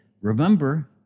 remember